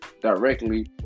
directly